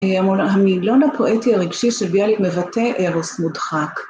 המילון הפואטי הרגשי של ביאליק מבטא אירוס מודחק.